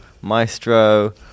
Maestro